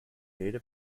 data